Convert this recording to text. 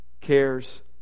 Cares